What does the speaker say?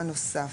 מה נוסף.